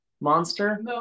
monster